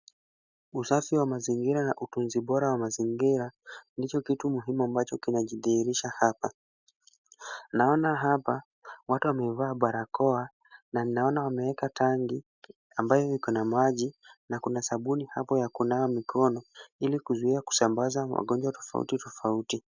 Usafi wa mazingira na utunzi bora wa mazingira ndicho kitu muhimu ambacho kinajidhihirisha hapa. Naona hapa watu wamevaa barakoa na ninaona wameweka tanki ambayo iko na maji na kuna sabuni hapo ya kunawa mikono ili kuzuia kusambaza magonjwa tofauti tofauti.